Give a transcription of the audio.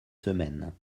semaines